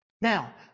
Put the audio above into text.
Now